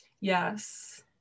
yes